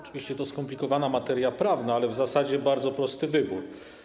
Oczywiście to skomplikowana materia prawna, ale w zasadzie bardzo prosty wybór.